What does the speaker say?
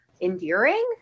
endearing